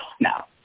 now